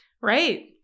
Right